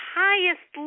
highest